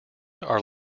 are